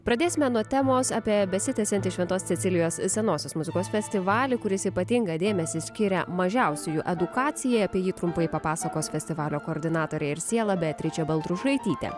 pradėsime nuo temos apie besitęsiantį šventos cecilijos senosios muzikos festivalį kuris ypatingą dėmesį skiria mažiausiųjų edukacijai apie jį trumpai papasakos festivalio koordinatorė ir siela beatričė baltrušaitytė